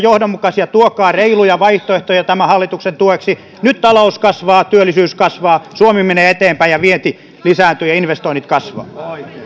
ja johdonmukaisia tuokaa reiluja vaihtoehtoja tämän hallituksen tueksi nyt talous kasvaa työllisyys kasvaa suomi menee eteenpäin ja vienti lisääntyy ja investoinnit kasvavat